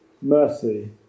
mercy